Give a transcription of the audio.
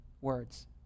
words